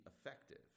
effective